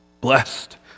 blessed